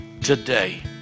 today